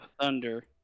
Thunder